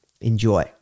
Enjoy